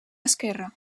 esquerra